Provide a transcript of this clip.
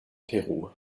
peru